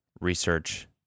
research